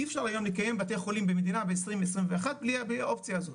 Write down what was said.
אי אפשר היום לקיים בתי חולים במדינה ב2021 בלי האופציה הזאת